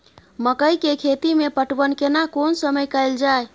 मकई के खेती मे पटवन केना कोन समय कैल जाय?